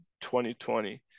2020